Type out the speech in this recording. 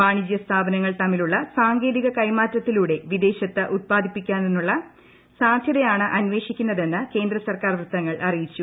വാണിജൃ സ്ഥാപനങ്ങൾ തമ്മിലുള്ള സാങ്കേതിക കൈമാറ്റത്തിലൂടെ വിദേശത്ത് ഉത്പാദിപ്പിക്കുന്നതിനുള്ള സാധ്യതയാണ് അന്വേഷിക്കുന്നതെന്ന് കേന്ദ്ര സർക്കാർ വൃത്തങ്ങൾ അറിയിച്ചു